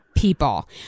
people